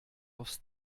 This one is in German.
aufs